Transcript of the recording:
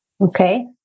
Okay